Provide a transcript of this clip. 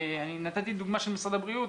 נתתי דוגמה של משרד הבריאות,